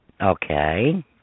Okay